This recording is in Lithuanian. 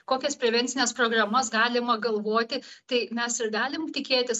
kokias prevencines programas galima galvoti tai mes ir galim tikėtis